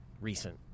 recent